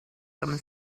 them